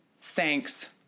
Thanks